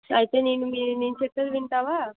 అయితే నేను మీ నేను చెప్పేది వింటావా